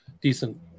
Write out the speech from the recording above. decent